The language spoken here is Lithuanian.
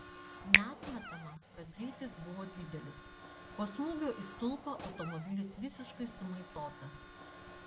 neatmetama kad greitis buvo didelis po smūgio į stulpą automobilis visiškai sumaitotas